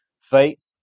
Faith